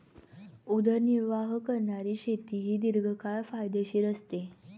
उदरनिर्वाह करणारी शेती ही दीर्घकाळ फायदेशीर असते